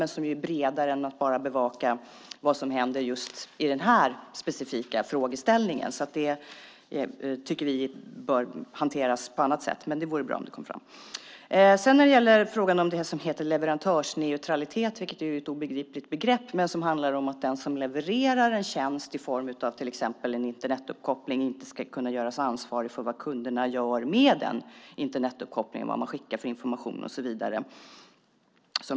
Men den är bredare än att vi bara ska bevaka vad som händer just i den specifika frågeställningen, så vi tycker att det bör hanteras på annat sätt. Det vore dock bra om det kom fram. Sedan gäller det frågan om det som heter leverantörsneutralitet, som är ett obegripligt begrepp men som handlar om att den som levererar en tjänst i form av till exempel en Internetuppkoppling inte ska kunna göras ansvarig för vad kunderna gör med den, vilken information man skickar och så vidare.